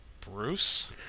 Bruce